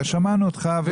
אנחנו שמענו אותך,